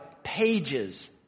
Pages